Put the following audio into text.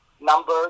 number